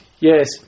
Yes